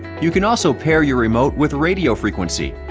you can also pair your remote with radio frequency.